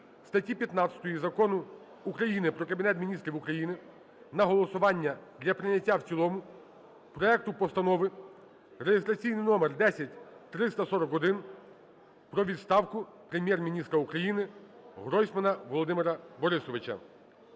статті 15 Закону України "Про Кабінет Міністрів України" на голосування для прийняття в цілому проекту Постанови (реєстраційний номер 10341) про відставку Прем’єр-міністра України Гройсмана Володимира Борисовича.